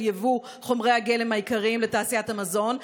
יבוא חומרי הגלם העיקריים לתעשיית המזון,